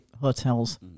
hotels